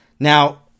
Now